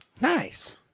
nice